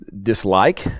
dislike